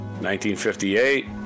1958